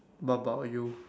what about you